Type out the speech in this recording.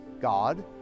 God